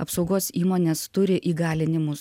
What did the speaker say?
apsaugos įmonės turi įgalinimus